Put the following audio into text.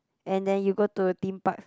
and then you go to a Theme Park